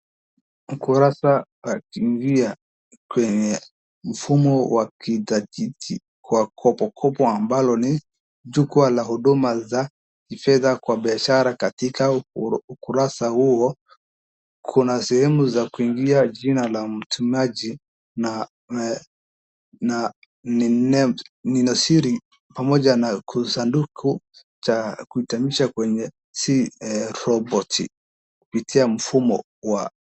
Mkurasa huu wa kidijitali unawawezesha wafanyabiashara kuingia kwa jina la mtumiaji na neno siri ili kutumia huduma za fedha. Kuna pia sanduku la kuitisha msaada kupitia nesi roboti.